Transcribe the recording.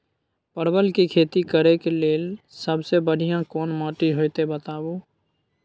परवल के खेती करेक लैल सबसे बढ़िया कोन माटी होते बताबू?